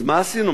אז מה עשינו?